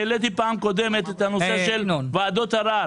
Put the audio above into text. העליתי בפעם הקודמת את הנושא של ועדות ערר.